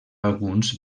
alguns